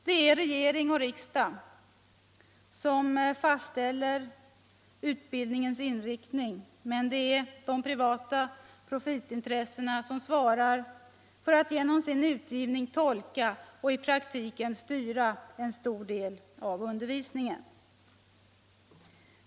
Det är regering och riksdag som fastställer utbildningens inriktning, men det är de privata profitintressena som svarar för att genom sin utgivning tolka och i praktiken styra en stor del av undervisningen.